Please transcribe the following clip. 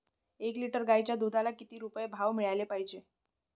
एक लिटर गाईच्या दुधाला किती रुपये भाव मिळायले पाहिजे?